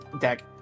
deck